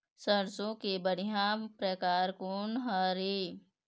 सरसों के बढ़िया परकार कोन हर ये?